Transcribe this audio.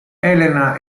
elena